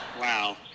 Wow